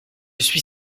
suis